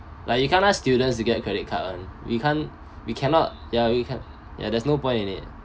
like you can't ask students to get credit card [one] we can't we cannot ya you can't ya there's no point in it